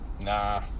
Nah